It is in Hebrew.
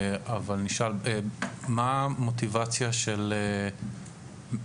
אבל אני אשאל: מהי המוטיבציה של העוסקים